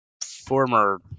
former –